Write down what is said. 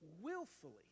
willfully